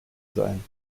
sein